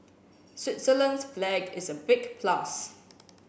Switzerland's flag is a big plus